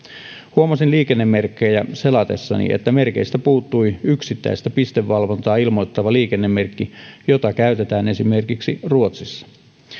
huomasin liikennemerkkejä selatessani että merkeistä puuttui yksittäistä pistevalvontaa ilmoittava liikennemerkki jota käytetään esimerkiksi ruotsissa